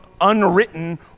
unwritten